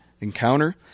encounter